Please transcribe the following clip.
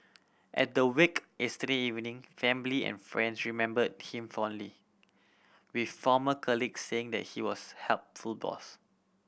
at the wake yesterday evening family and friendship number him fondly with former colleagues saying he was helpful boss